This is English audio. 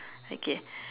okay